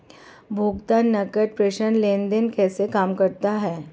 भुगतान नकद प्रेषण लेनदेन कैसे काम करता है?